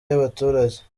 y’abaturage